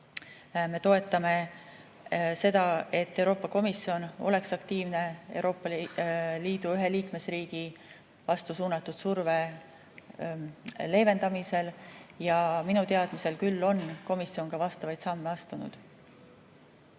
me toetame seda, et Euroopa Komisjon oleks aktiivne Euroopa Liidu ühe liikmesriigi vastu suunatud surve leevendamisel. Minu teadmisel küll on komisjon ka vastavaid samme astunud.